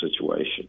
situation